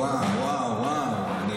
וואו, וואו, וואו.